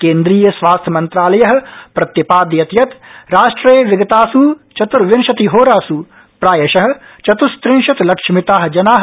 केन्द्रीय स्वास्थ्यमन्त्रालयप्रत्यपादयत् यत् राष्ट्रे विगतास् चत्र्विंशतिहोरास् प्रायश चत्श्त्रिंशत लक्षमिताज ना